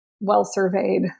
well-surveyed